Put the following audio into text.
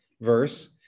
verse